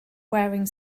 wearing